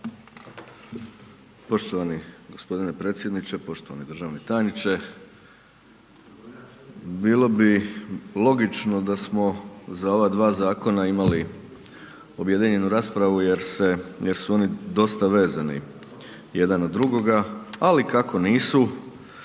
Poštovani gospodine predsjedniče, poštovani državni tajniče, bilo bi logično da smo za ova 2 zakona imali objedinjenu raspravu jer su oni dosta vezani jedan na drugoga, ali kako nisu,